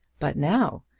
but now,